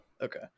okay